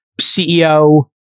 CEO